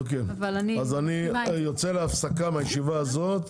אני מסכימה עם זה.